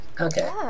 okay